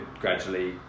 gradually